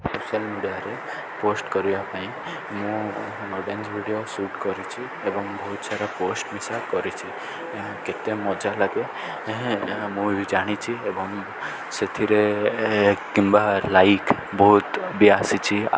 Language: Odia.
ସୋସିଆଲ୍ ମିଡ଼ିଆରେ ପୋଷ୍ଟ କରିବା ପାଇଁ ମୁଁ ଭିଡ଼ିଓ ସୁଟ୍ କରିଛି ଏବଂ ବହୁତ ସାରା ପୋଷ୍ଟ ମିଶା କରିଛି ଏହା କେତେ ମଜା ଲାଗେ ମୁଁ ବି ଜାଣିଛି ଏବଂ ସେଥିରେ କିମ୍ବା ଲାଇକ୍ ବହୁତ ବି ଆସିଛି